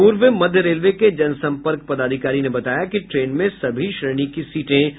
पूर्व मध्य रेलवे के जनसम्पर्क पदाधिकारी ने बताया कि ट्रेन में सभी श्रेणी की सीटें आरक्षित होंगी